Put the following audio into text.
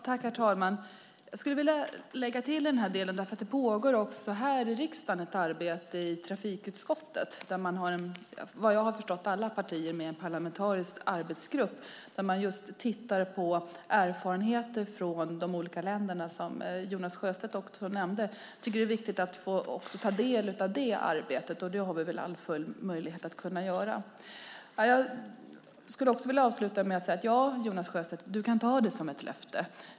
Herr talman! Jag skulle vilja lägga till att det pågår ett arbete också i trafikutskottet här i riksdagen. Vad jag har förstått finns alla partier med i en parlamentarisk arbetsgrupp som just tittar på erfarenheterna från de olika länder som Jonas Sjöstedt nämnde. Det är viktigt att också få ta del av det arbetet, och det har vi väl full möjlighet att göra. Jag avslutar med att säga: Ja, Jonas Sjöstedt, du kan ta det som ett löfte.